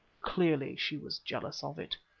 clearly she was jealous of it.